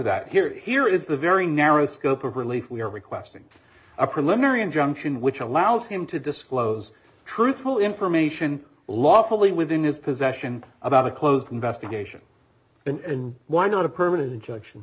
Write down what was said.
that here here is the very narrow scope of relief we are requesting a preliminary injunction which allows him to disclose truthful information lawfully within his possession about a closed investigation and why not a permanent injunction